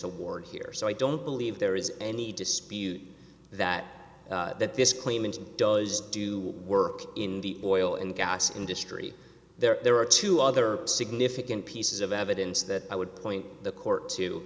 award here so i don't believe there is any dispute that that this claimant does do work in the oil and gas industry there are two other significant pieces of evidence that i would point the court to